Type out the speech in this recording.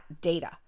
data